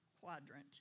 quadrant